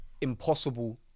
impossible